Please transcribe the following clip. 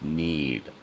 need